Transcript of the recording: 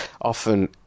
often